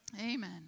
Amen